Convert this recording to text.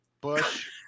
Bush